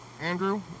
Andrew